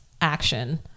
action